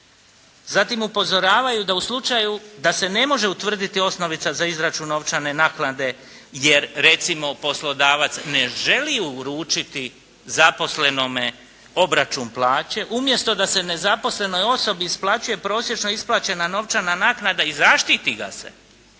Zatim upozoravaju da u slučaju da se ne može utvrditi osnovica za izračun novčane naknade jer, recimo poslodavac ne želi uručiti zaposlenome obračun plaće, umjesto da se nezaposlenoj osobi isplaćuje prosječno isplaćena novčana naknada i zaštiti ga se,